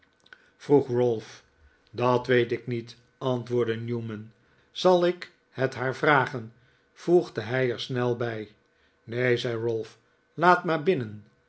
vroeg ralph dat weet ik niet antwoordde newman zal ik het haar vragen voegde hij er snel bij neen zei ralph laat haar binnen